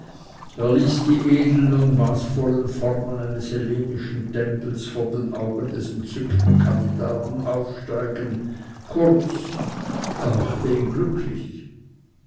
er ließ die edeln und maßvollen formen eines hellenischen tempels vor den augen des entzückten kandidaten aufsteigen kurz er machte ihn glücklich